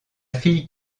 fille